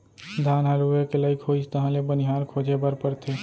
धान ह लूए के लइक होइस तहाँ ले बनिहार खोजे बर परथे